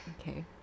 Okay